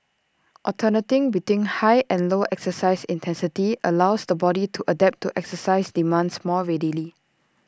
alternating between high and low exercise intensity allows the body to adapt to exercise demands more readily